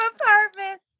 apartment